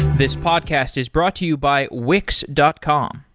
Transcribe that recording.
this podcast is brought to you by wix dot com.